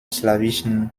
slawischen